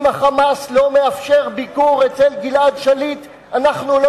אם ה"חמאס" לא מאפשר ביקור אצל גלעד שליט אנחנו לא